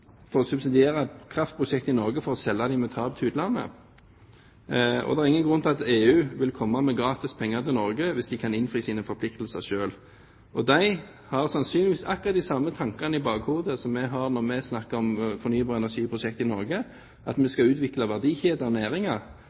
for å subsidiere kraftprosjekt i Norge for å selge dem med tap til utlandet. Og det er ingen grunn til at EU vil komme med gratis penger til Norge hvis de kan innfri sine forpliktelser selv. De har sannsynligvis akkurat de samme tankene i bakhodet som vi har når vi snakker om fornybare energiprosjekt i Norge, at vi skal utvikle verdikjeder